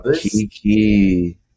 Kiki